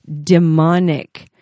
demonic